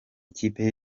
ikipe